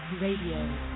Radio